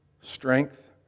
strength